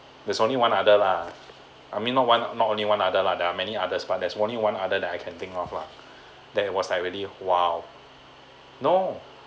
there's only one other lah I mean not one not only one other lah there are many others but that's only one other that I can think of lah that was like really !wow! no